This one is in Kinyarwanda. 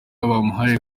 bamuhaye